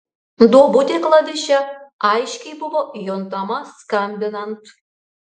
duobutė klaviše aiškiai buvo juntama skambinant